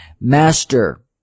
Master